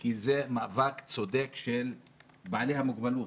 כי זה מאבק צודק של בעלי המוגבלות.